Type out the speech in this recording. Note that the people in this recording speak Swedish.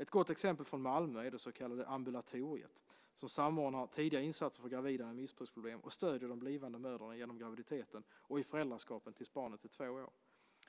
Ett gott exempel från Malmö är det så kallade Ambulatoriet, som samordnar tidiga insatser för gravida med missbruksproblem och stöder de blivande mödrarna genom graviditeten och i föräldraskapet tills barnet är två år.